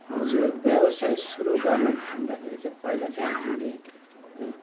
हजुर व्यवसाय सुरु गर्नु भन्दाखेरि चाहिँ पहिला चाहिँ हामीले है